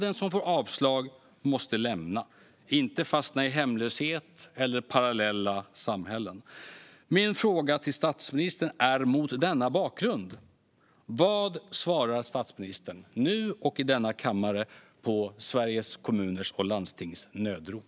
Den som får avslag måste lämna landet, inte fastna i hemlöshet eller parallella samhällen. Min fråga till statsministern är mot denna bakgrund: Vad svarar statsministern, nu och i denna kammare, på Sveriges Kommuner och Landstings nödrop?